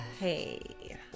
Hey